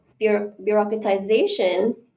bureaucratization